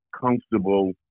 comfortable